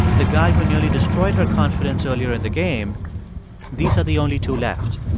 the guy who nearly destroyed her confidence earlier in the game these are the only two left